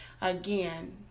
Again